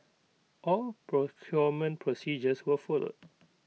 all procurement procedures were followed